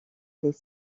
les